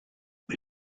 but